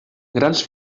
grans